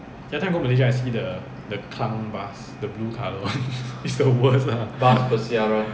that time go malaysia I see the the kung bus the blue colour one is the worst lah